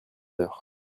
l’heure